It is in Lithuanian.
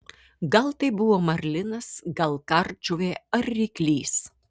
gal tai buvo marlinas gal kardžuvė ar ryklys